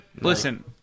Listen